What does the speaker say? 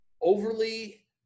overly